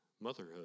motherhood